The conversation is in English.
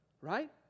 right